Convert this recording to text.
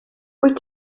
wyt